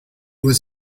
was